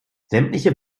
sämtliche